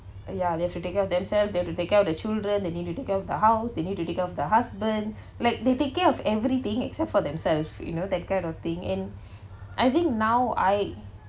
ya they have to take care of themselves they have to take care of the children they need to take care of the house they need to take care of the husband like they take care of everything except for themselves you know that kind of thing and I think now I